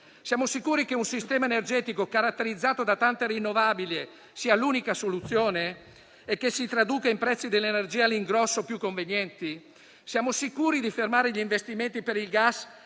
Siamo sicuri che un sistema energetico caratterizzato da tante rinnovabili sia l'unica soluzione e si traduca in prezzi dell'energia all'ingrosso più convenienti? Siamo sicuri di fermare gli investimenti per il gas